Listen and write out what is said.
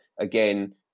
again